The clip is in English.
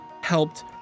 helped